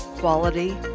Quality